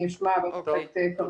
אני אשמע את כרמית,